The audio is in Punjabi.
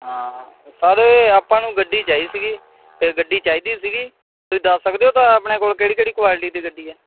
ਹਾਂ ਸਰ ਆਪਾਂ ਨੂੰ ਗੱਡੀ ਚਾਹੀ ਸੀਗੀ ਗੱਡੀ ਚਾਹੀਦੀ ਸੀਗੀ ਤੁਸੀਂ ਦੱਸ ਸਕਦੇ ਹੋ ਤਾਂ ਆਪਣੇ ਕੋਲ ਕਿਹੜੀ ਕਿਹੜੀ ਕੋਆਲਟੀ ਦੀ ਗੱਡੀ ਹੈ